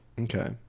Okay